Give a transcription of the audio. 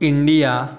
India